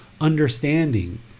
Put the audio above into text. understanding